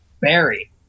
Barry